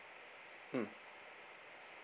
mm